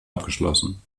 abgeschlossen